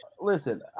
listen